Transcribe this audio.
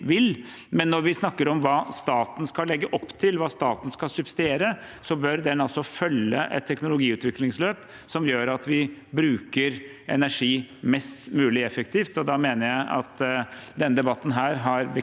men når vi snakker om hva staten skal legge opp til, hva staten skal subsidiere, bør den følge et teknologiutviklingsløp som gjør at vi bruker energi mest mulig effektivt. Da mener jeg at denne debatten har bekreftet